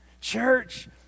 church